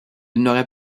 n’aurait